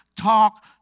Talk